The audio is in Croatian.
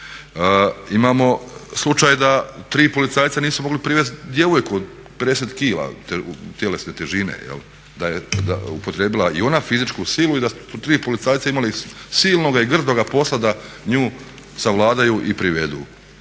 Imamo slučaj da tri policajca nisu mogli privesti djevojku od 50 kg tjelesne težine jel', da je upotrijebila i ona fizičku silu i da su tri policajca imali silnoga i grdnoga posla da nju savladaju i privedu,